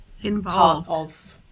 involved